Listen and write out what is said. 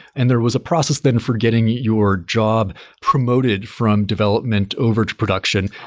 and there was a process then for getting your job promoted from development over to production.